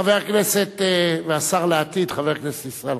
חבר הכנסת והשר לעתיד, חבר הכנסת ישראל חסון.